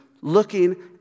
looking